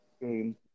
game